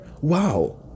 Wow